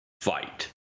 fight